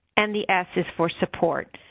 and the s is for support.